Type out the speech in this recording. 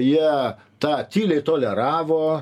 jie tą tyliai toleravo